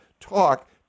talk